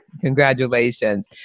Congratulations